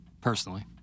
personally